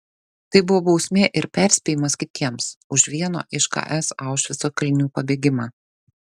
tai buvo bausmė ir perspėjimas kitiems už vieno iš ks aušvico kalinių pabėgimą